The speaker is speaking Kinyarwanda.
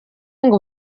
ngo